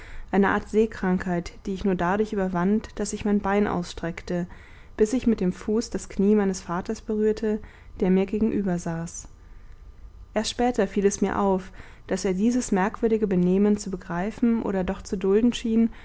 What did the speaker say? eine art seekrankheit die ich nur dadurch überwand daß ich mein bein ausstreckte bis ich mit dem fuß das knie meines vaters berührte der mir gegenübersaß erst später fiel es mir auf daß er dieses merkwürdige benehmen zu begreifen oder doch zu dulden schien